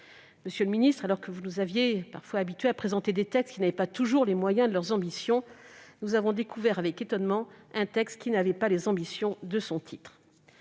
Monsieur le ministre, alors que vous nous aviez habitués à présenter des textes qui n'avaient pas toujours les moyens de leurs ambitions, nous avons découvert avec étonnement un texte qui n'avait pas les ambitions de son titre